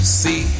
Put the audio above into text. see